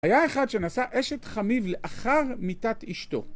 היה אחד שנשא אשת חמיו לאחר מיתת אשתו.